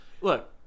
Look